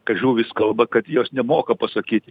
kad žuvys kalba kad jos nemoka pasakyti